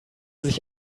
sich